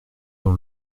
dans